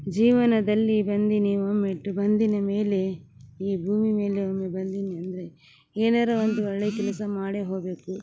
ಜೀವನದಲ್ಲಿ ಬಂದು ನೀವು ಮೆಟ್ಟಿ ಬಂದಿದ ಮೇಲೆ ಈ ಭೂಮಿ ಮೇಲೆ ಬಂದಿನಿ ಅಂದರೆ ಏನಾರ ಒಂದು ಒಳ್ಳೆಯ ಕೆಲಸ ಮಾಡೇ ಹೋಗಬೇಕು